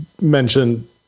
mentioned